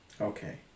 Okay